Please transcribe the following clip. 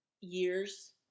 years